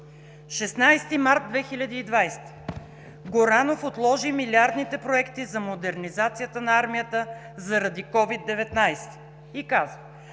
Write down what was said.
16 март 2020 г.: Горанов отложи милиардните проекти за модернизацията на армията заради COVID-19. И казвате: